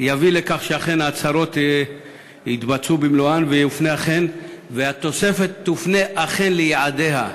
יביא לכך שאכן ההצהרות יתבצעו במלואן והתוספת תופנה אכן ליעדיה,